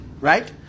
Right